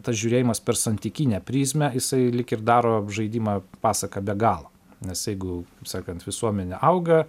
tas žiūrėjimas per santykinę prizmę jisai lyg ir daro apžaidimą pasaka be galo nes jeigu kaip sakant visuomenė auga